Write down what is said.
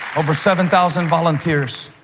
over seven thousand volunteers.